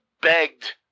begged